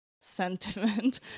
sentiment